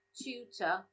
tutor